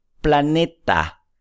Planeta